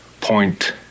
point